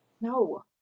No